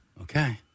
Okay